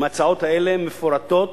עם ההצעות האלה, מפורטות,